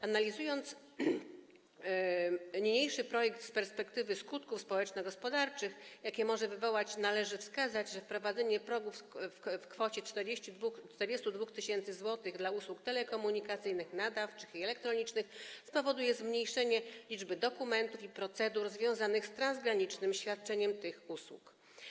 Analizując niniejszy projekt z perspektywy skutków społeczno-gospodarczych, jakie może wywołać, należy wskazać, że wprowadzenie progu w kwocie 42 tys. zł dla usług telekomunikacyjnych, nadawczych i elektronicznych spowoduje zmniejszenie liczby dokumentów i procedur związanych z transgranicznym świadczeniem tych usług.